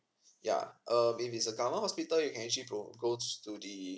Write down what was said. yeah err if it's a government hospital you can actually pro~ goes to the